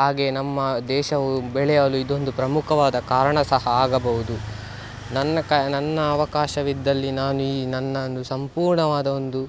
ಹಾಗೇ ನಮ್ಮ ದೇಶವು ಬೆಳೆಯಲು ಇದೊಂದು ಪ್ರಮುಖವಾದ ಕಾರಣ ಸಹ ಆಗಬೌದು ನನ್ನ ಕ ನನ್ನಅವಕಾಶವಿದ್ದಲ್ಲಿ ನಾನು ಈ ನನ್ನನ್ನು ಸಂಪೂರ್ಣವಾದ ಒಂದು